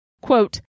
quote